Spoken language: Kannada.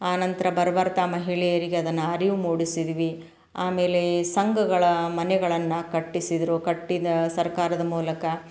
ಆ ನಂತರ ಬರ ಬರ್ತ ಮಹಿಳೆಯರಿಗೆ ಅದನ್ನು ಅರಿವು ಮೂಡಿಸಿದ್ವಿ ಆಮೇಲೆ ಸಂಘಗಳ ಮನೆಗಳನ್ನು ಕಟ್ಟಿಸಿದರು ಕಟ್ಟಿದ ಸರ್ಕಾರದ ಮೂಲಕ